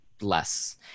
less